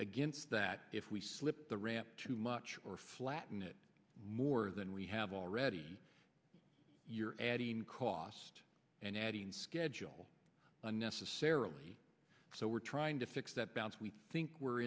against that if we slip the ramp too much or flatten it more than we have already you're adding cost and adding schedule unnecessarily so we're trying to fix that bounce we think we're